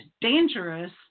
dangerous